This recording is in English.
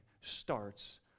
starts